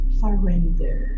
surrender